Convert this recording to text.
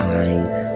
eyes